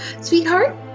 Sweetheart